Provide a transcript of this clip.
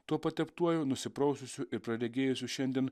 tuo pateptuoju nusipraususiu ir praregėjusiu šiandien